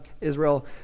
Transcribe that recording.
Israel